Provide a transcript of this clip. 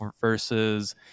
versus